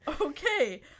Okay